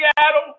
Seattle